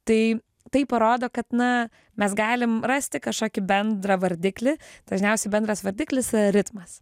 tai tai parodo kad na mes galim rasti kažkokį bendrą vardiklį dažniausiai bendras vardiklis e ritmas